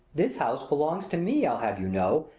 this house belongs to me, i'll have you know,